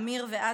אמיר ואדם,